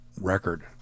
record